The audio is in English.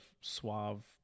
suave